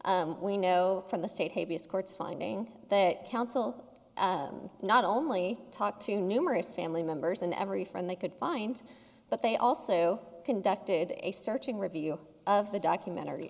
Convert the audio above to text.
we know from the state courts finding that counsel not only talked to numerous family members and every friend they could find but they also conducted a searching review of the documentary